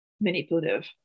manipulative